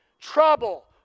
Trouble